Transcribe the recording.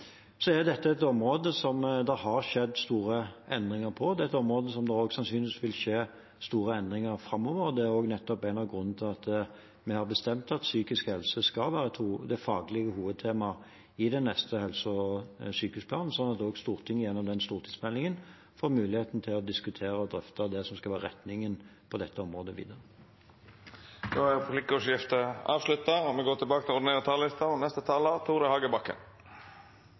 Så er dette et område som det har skjedd store endringer på. Det er et område som det også sannsynligvis vil skje store endringer på framover, og det er nettopp en av grunnene til at vi har bestemt at psykisk helse skal være det faglige hovedtemaet i den neste helse- og sykehusplanen, slik at også Stortinget gjennom den stortingsmeldingen får muligheten til å diskutere og drøfte det som skal være retningen på dette området videre. Replikkordskiftet er